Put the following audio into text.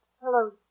Hello